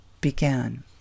began